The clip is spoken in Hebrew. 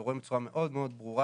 ורואים בצורה מאוד מאוד ברורה,